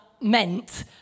meant